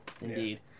Indeed